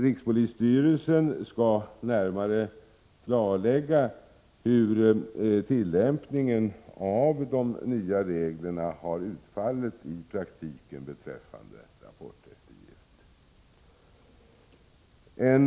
Rikspolisstyrelsen skall närmare klarlägga hur tillämpningen av de nya reglerna beträffande rapporteftergiften har utfallit i praktiken.